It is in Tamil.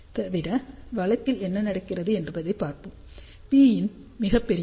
தீவிர வழக்கில் என்ன நடக்கிறது என்று பார்ப்போம் Pin மிகப் பெரியது